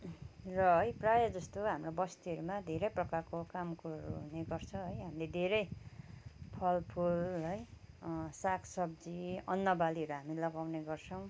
र है प्रायः जस्तो हाम्रो बस्तीहरूमा धेरै प्रकारको काम कुरोहरू हुने गर्छ है हामीले धेरै फलफुल है साग सब्जी अन्न बालीहरू हामी लगाउने गर्छौँ